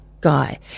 guy